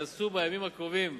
יעשו בימים הקרובים